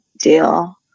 deal